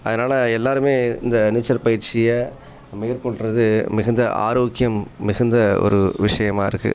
அதனால் எல்லாருமே இந்த நீச்சல் பயிற்சியை மேற்கொள்கிறது மிகுந்த ஆரோக்கியம் மிகுந்த ஒரு விஷியமாக இருக்கு